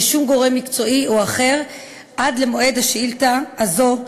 שום גורם מקצועי או אחר עד למועד הגשת השאילתה הזו.